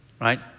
Right